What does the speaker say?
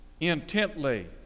intently